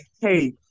hey